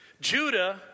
Judah